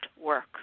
work